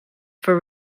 for